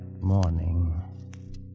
morning